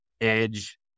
edge